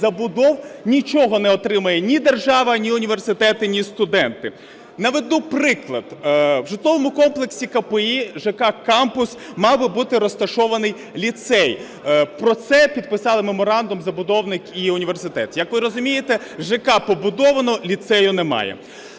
забудов нічого не отримає ні держава, ні університети, ні студенти. Наведу приклад. В житловому комплексі КПІ ЖК "КАМПУС" мав би бути розташований ліцей. Про це підписали меморандум забудовник і університет. Як ви розумієте, ЖК побудовано, ліцею немає.